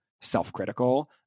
self-critical